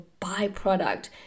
byproduct